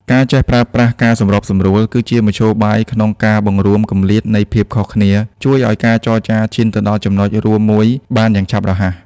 ការចេះប្រើប្រាស់ "ការសម្របសម្រួល" ជាមធ្យោបាយក្នុងការបង្រួមគម្លាតនៃភាពខុសគ្នា ជួយឱ្យការចរចាឈានទៅដល់ចំណុចរួមមួយបានយ៉ាងឆាប់រហ័ស។